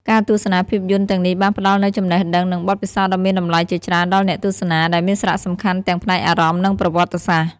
ការទស្សនាភាពយន្តទាំងនេះបានផ្ដល់នូវចំណេះដឹង និងបទពិសោធន៍ដ៏មានតម្លៃជាច្រើនដល់អ្នកទស្សនា ដែលមានសារៈសំខាន់ទាំងផ្នែកអារម្មណ៍ និងប្រវត្តិសាស្ត្រ។